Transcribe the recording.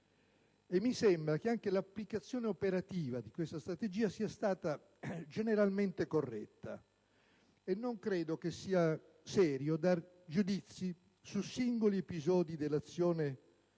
E mi sembra che anche l'applicazione operativa di questa strategia sia stata generalmente corretta. Non credo sia serio dar giudizi sui singoli episodi dell'azione delle